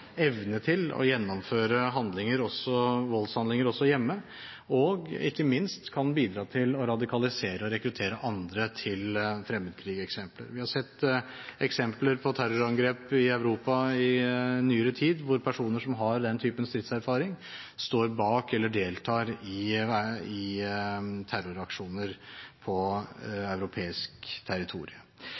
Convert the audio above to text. evne til å gjennomføre voldshandlinger også hjemme. Ikke minst kan en bidra til å radikalisere og rekruttere andre til fremmedkrig. Vi har sett eksempler på terrorangrep i Europa i nyere tid hvor personer som har den typen stridserfaring, står bak eller deltar i terroraksjoner på europeisk territorium.